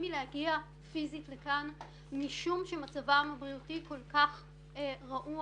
מלהגיע פיזית לכאן משום שמצבם הבריאותי כל כך רעוע,